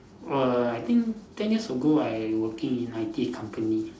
err I think ten years ago I working in I_T company